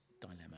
dilemma